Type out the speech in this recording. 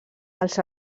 els